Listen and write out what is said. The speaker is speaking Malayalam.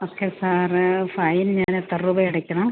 ഓക്കെ സാർ ഫൈൻ ഞാൻ എത്ര രൂപ അടയ്ക്കണം